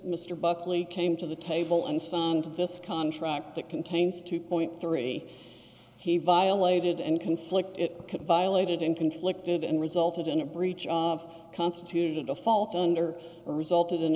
mr buckley came to the table and son to this contract that contains two point three he violated and conflict it could violated in conflictive and resulted in a breach of constitute a default under resulted in